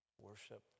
worship